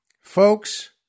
Folks